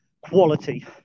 Quality